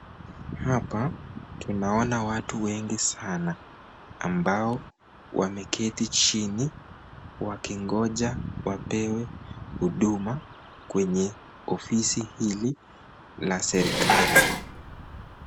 Hapa tunaona watu wengi sana ambao wameketi chini wakingoja wapewe huduma kwenye ofisi hili la serikali.